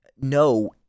no